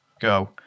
go